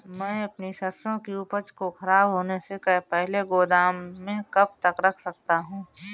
मैं अपनी सरसों की उपज को खराब होने से पहले गोदाम में कब तक रख सकता हूँ?